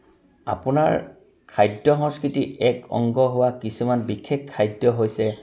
আপোনাৰ খাদ্য সংস্কৃতিৰ এক অংগ হোৱা কিছুমান বিশেষ খাদ্য হৈছে